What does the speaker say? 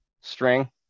string